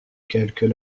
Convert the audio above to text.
quelques